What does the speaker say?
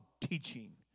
teaching